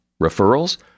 Referrals